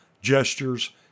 gestures